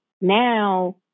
Now